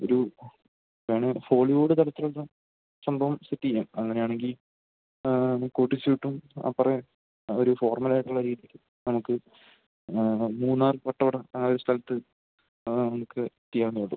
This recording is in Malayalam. ഒരു വേണമെങ്കില് ഹോളിവുഡ് തലത്തിലുള്ള സംഭവം സെറ്റ് ചെയ്യാം അങ്ങനെയാണെങ്കില് കോട്ടും സ്യൂട്ടും അപ്പുറത്ത് ഒരു ഫോർമലായിട്ടുള്ള രീതിക്ക് നമുക്ക് മൂന്നാർ വട്ടവട ആ ഒരു സ്ഥലത്ത് നമുക്ക് ചെയ്യാവുന്നതേയുള്ളൂ